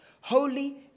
holy